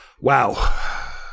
Wow